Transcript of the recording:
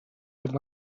could